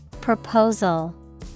Proposal